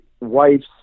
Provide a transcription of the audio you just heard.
wife's